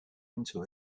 into